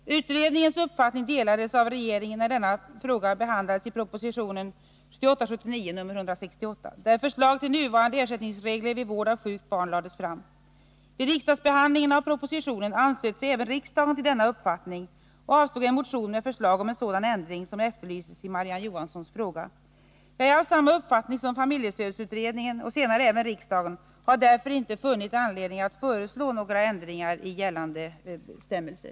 Utredningens uppfattning delades av regeringen när denna fråga behandlades i proposition 1978/79:168, där förslag till nuvarande ersättningsregler vid vård av sjukt barn lades fram. Vid riksdagsbehandlingen av propositionen anslöt sig även riksdagen till denna uppfattning och avslog en motion med förslag om en sådan ändring som efterlyses i Marie-Ann Johanssons fråga. Jag är av samma uppfattning som familjestödsutredningen och senare även riksdagen och har därför inte funnit anledning att föreslå några förändringar i gällande bestämmelser.